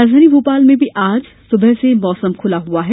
राजधानी भोपाल में भी आज सुबह से मौसम खुला हुआ है